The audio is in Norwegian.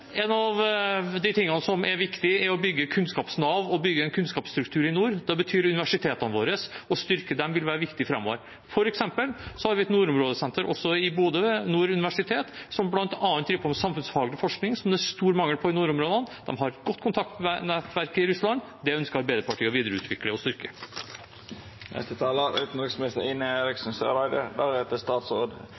En av de tingene som er viktig, er å bygge kunnskapsnav og å bygge en kunnskapsstruktur i nord. Da vil det å styrke universitetene våre være viktig fremover. For eksempel har vi et nordområdesenter også i Bodø, ved Nord universitet, som bl.a. driver på med samfunnsfaglig forskning, som det er stor mangel på i nordområdene. De har et godt kontaktnettverk i Russland. Det ønsker Arbeiderpartiet å videreutvikle og styrke.